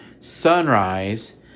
Sunrise